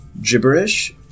Gibberish